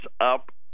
up